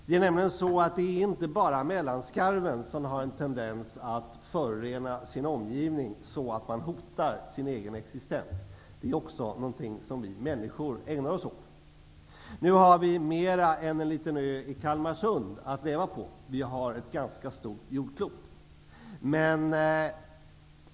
Det är inte bara mellanskarven som har en tendens att förorena sin omgivning så att man hotar sin egen existens. Det är också någonting som vi människor ägnar oss åt. Nu har vi mer än en liten ö i Kalmarsund att leva på. Vi har ett ganska stort jordklot.